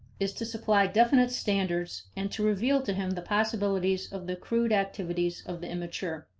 is to supply definite standards and to reveal to him the possibilities of the crude activities of the immature.